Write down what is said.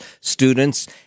students